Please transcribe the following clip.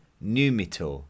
Numitor